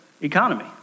economy